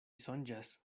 sonĝas